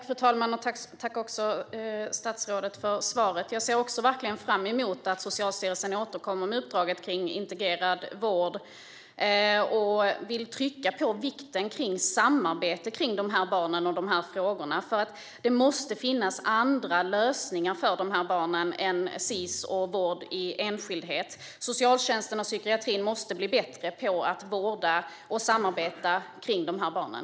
Fru talman! Tack, statsrådet, för svaret! Jag ser verkligen fram emot att Socialstyrelsen återkommer med uppdraget om integrerad vård. Jag vill betona vikten av samarbete om de barnen i de här frågorna. Det måste finnas andra lösningar för de här barnen än Sis och vård i enskildhet. Socialtjänsten och psykiatrin måste bli bättre på att vårda och samarbeta om de barnen.